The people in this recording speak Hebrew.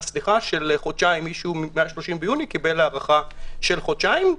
חודשיים מעל 30 ביוני, קיבל הארכה של חודשיים.